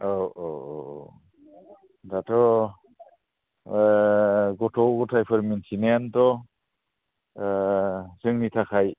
औ औ औ दाथ' गथ' गथायफोर मोन्थिनायानोथ' जोंनि थाखाय